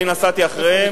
אני נסעתי אחריהם.